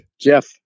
Jeff